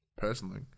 personally